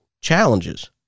challenges